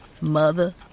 Mother